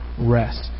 rest